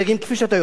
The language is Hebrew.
כפי שאתה יודע.